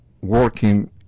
working